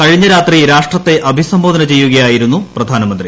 കഴിഞ്ഞ രാത്രി രാഷ്ട്രത്തെ അഭിസംബോധന ചെയ്യുകയായിരുന്നു പ്രധാനമന്ത്രി